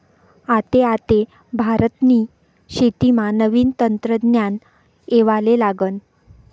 आते आते भारतनी शेतीमा नवीन तंत्रज्ञान येवाले लागनं